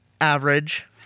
average